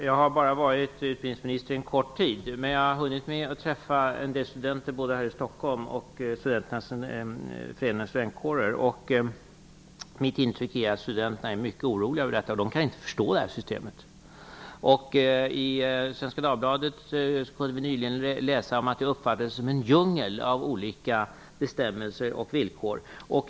Fru talman! Jag har varit utbildningsminister bara en kort tid men jag har hunnit träffa en del studenter både här i Stockholm och genom Sveriges förenade studentkårer. Mitt intryck är att studenterna är mycket oroliga över detta. De kan inte förstå det här systemet. I Svenska Dagbladet kunde vi nyligen läsa om att antagningssystemet uppfattades som en djungel av olika bestämmelser och villkor.